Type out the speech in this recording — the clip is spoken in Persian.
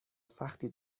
سختی